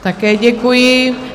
Také děkuji.